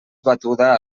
batuda